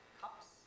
cups